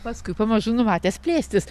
paskui pamažu numatęs plėstis